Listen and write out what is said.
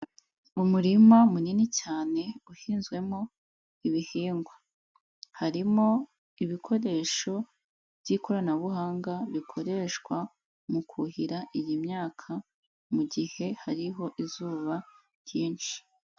Umurima munini cyane uhinzwemo ibihingwa. Harimo ibikoresho by'ikoranabuhanga bikoreshwa mu kuhira iyi myaka mu gihe hariho izuba ryinshi.